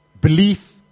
Belief